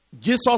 Jesus